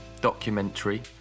documentary